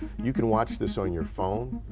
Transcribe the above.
you can watch this on your phone.